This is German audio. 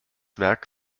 werk